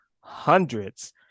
hundreds